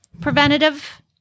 preventative